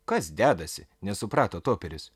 kas dedasi nesuprato toperis